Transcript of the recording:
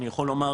אני יכול לומר,